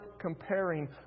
comparing